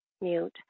mute